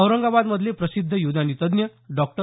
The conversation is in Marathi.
औरंगाबादमधले प्रसिध्द युनानी तज्ञ डॉक्टर